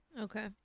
Okay